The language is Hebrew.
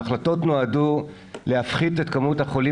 ההחלטות נועדו להפחית את כמות החולים